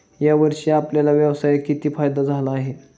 या वर्षी आपल्याला व्यवसायात किती फायदा झाला आहे?